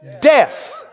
death